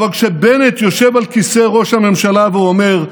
אבל כשבנט יושב על כיסא ראש הממשלה ואומר,